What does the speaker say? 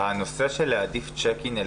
יש בנתב"ג שירותי מרפאה כל הזמן עם פרמדיקים.